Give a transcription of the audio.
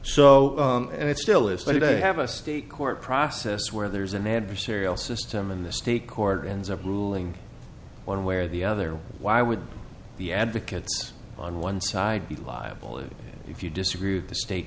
so and it still is today have a state court process where there's an adversarial system in the state court ends up ruling one way or the other why would the advocates on one side be liable if you disagree with the state